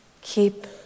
Keep